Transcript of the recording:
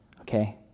okay